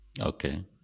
Okay